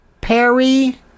Perry